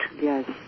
Yes